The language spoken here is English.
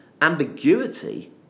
ambiguity